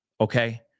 Okay